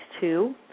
two